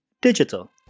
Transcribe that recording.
Digital